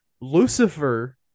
Lucifer